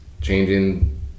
changing